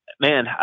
Man